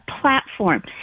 platform